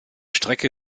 strecke